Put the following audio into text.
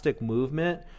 movement